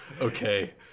Okay